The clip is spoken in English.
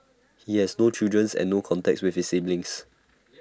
he has no children's and no contact with his siblings